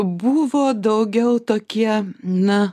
buvo daugiau tokie na